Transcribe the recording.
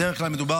בדרך כלל מדובר